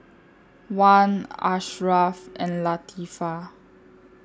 Wan Asharaff and Latifa